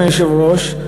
אדוני היושב-ראש,